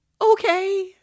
Okay